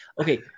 Okay